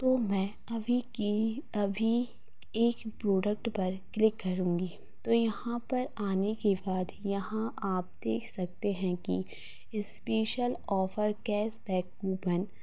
तो मैं अभी कि अभी एक प्रोडक्ट पर क्लिक करूँगी तो यहाँ पर आने के बाद यहाँ आप देख सकते हैं कि इस्पेशल ऑफर कैशबैक कूपन